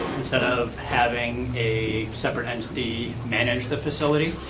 instead of having a separate entity manage the facility,